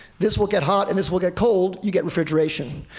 this will get hot and this will get cold, you get refrigeration.